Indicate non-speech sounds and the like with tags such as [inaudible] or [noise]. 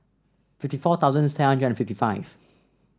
fifty four thousand [unintelligible] hundred and fifty five